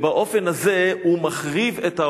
ובאופן הזה הוא מחריב את העולם.